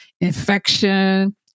infection